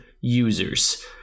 users